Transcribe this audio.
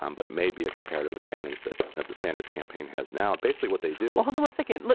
um but it may be a comparative advantage that that the sanders campaign has now basically what they do hold on one second.